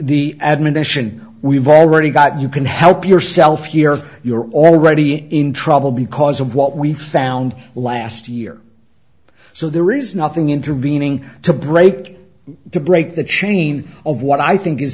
the admonition we've already got you can help yourself here you're already in trouble because of what we found last year so there is nothing intervening to break to break the chain of what i think is